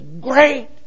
great